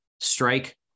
strike